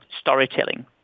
storytelling